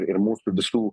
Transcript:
ir mūsų visų